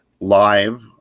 live